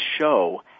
show